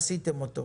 עשיתם אותו.